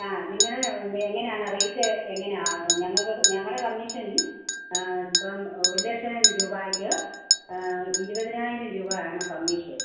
ആ നിങ്ങളേ എങ്ങനാണ് റേറ്റ് എങ്ങനെയാണ് ഞങ്ങൾക്ക് ഞങ്ങളുടെ കമ്മീഷൻ ഇപ്പം ഒരു ലക്ഷം രൂപയ്ക്ക് ഇരുപതിനായിരം രൂപായാണ് കമ്മീഷൻ